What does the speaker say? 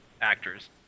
actors